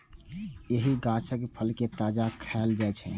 एहि गाछक फल कें ताजा खाएल जाइ छै